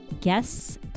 guests